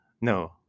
no